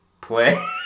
Play